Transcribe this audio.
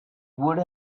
would